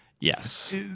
Yes